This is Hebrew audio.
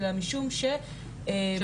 אלא משום ש --- לא,